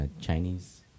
chinese